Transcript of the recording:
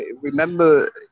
remember